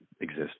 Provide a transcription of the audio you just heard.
Exist